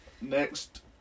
next